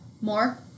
More